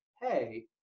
hey